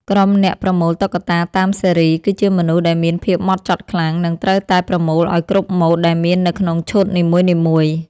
ក្រុមអ្នកប្រមូលតុក្កតាតាមស៊េរី គឺជាមនុស្សដែលមានភាពហ្មត់ចត់ខ្លាំង និងត្រូវតែប្រមូលឱ្យគ្រប់ម៉ូដដែលមាននៅក្នុងឈុតនីមួយៗ។